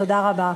תודה רבה.